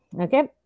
Okay